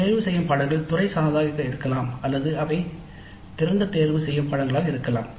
தேர்தல்கள் துறை சார்ந்ததாக இருக்கலாம் அல்லது அவை திறந்த தேர்தல்களாக இருக்கலாம்